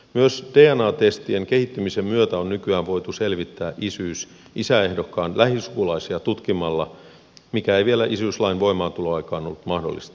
myös dna testien kehittymisen myötä on nykyään voitu selvittää isyys isäehdokkaan lähisukulaisia tutkimalla mikä ei vielä isyyslain voimaantuloaikaan ollut mahdollista